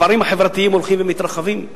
הפערים החברתיים הולכים ומתרחבים.